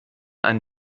ein